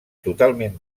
totalment